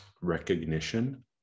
recognition